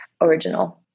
original